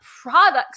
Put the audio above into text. products